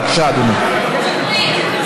בבקשה, אדוני.